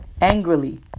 angrily